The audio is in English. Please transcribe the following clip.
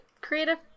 creative